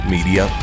Media